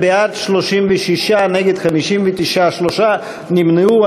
בעד, 36, נגד, 59, שלושה נמנעו.